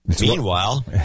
Meanwhile